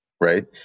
right